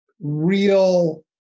real